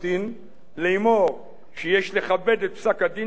לאמור שיש לכבד את פסק-הדין של בית-המשפט העליון.